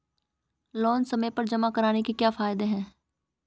Loan समय पर जमा कराने के क्या फायदे हैं?